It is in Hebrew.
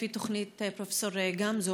לפי תוכנית הרמזור של פרופ' גמזו,